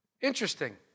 interesting